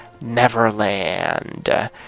neverland